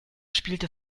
spielte